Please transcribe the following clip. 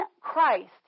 Christ